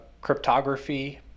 cryptography